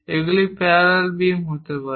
এগুলি parallel beam হতে পারে